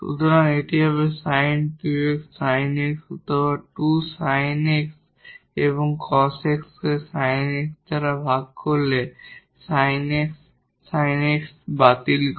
সুতরাং এটি হবে sin 2𝑥 𝑠𝑖𝑛 𝑥 অথবা 2 sin x এবং cos x কে sin x দ্বারা ভাগ করলে sin x sin x বাতিল করে